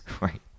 right